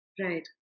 Right